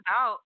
out